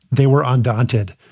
they were undaunted.